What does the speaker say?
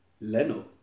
Leno